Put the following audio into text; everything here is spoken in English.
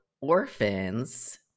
orphans